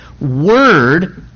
Word